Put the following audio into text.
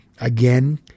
again